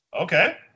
Okay